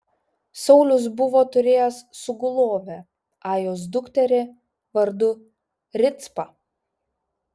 saulius buvo turėjęs sugulovę ajos dukterį vardu ricpą